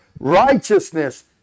righteousness